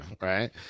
right